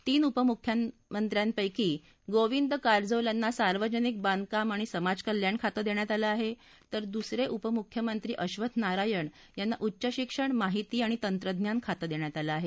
तीन उपमुख्यमंत्र्यांपक्षी गोविंद कारजोल यांना सार्वजनिक बांधकाम आणि समाज कल्याण खातं देण्यात आलं आहे तर दुसरे उपमुख्यमंत्री अबथ नारायण यांना उच्च शिक्षणमाहिती आणि तंत्रज्ञान खातं देण्यात आलं आहे